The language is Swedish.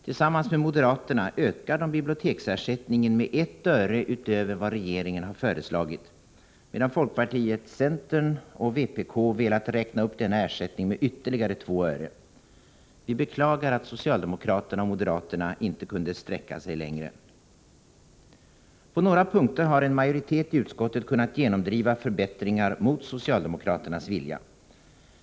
Tillsammans med moderaterna ökar de biblioteksersättningen med 1 öre utöver vad regeringen har föreslagit, medan folkpartiet, centern och vpk velat räkna upp denna ersättning med ytterligare 2 öre. Vi beklagar att socialdemokraterna och moderaterna inte kunde sträcka sig längre. På några punkter har en majoritet i utskottet kunnat genomdriva förbättringar mot socialdemokraternas vilja.